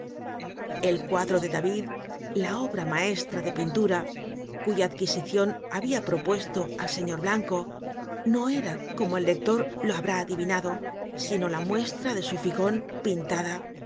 el cuadro de david la obra maestra de pintura cuya adquisicion habia propuesto al señor blanco no era como el lector lo habrá adivinado sino la muestra de su figon pintada